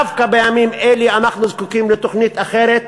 דווקא בימים אלה אנחנו זקוקים לתוכנית אחרת,